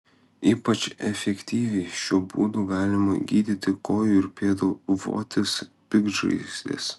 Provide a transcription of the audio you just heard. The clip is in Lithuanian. ypač efektyviai šiuo būdu galima gydyti kojų ir pėdų votis piktžaizdes